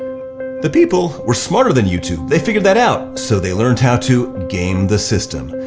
the people were smarter than youtube, they figured that out so they learned how to game the system.